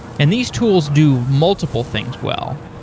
and these tools do multiple things well.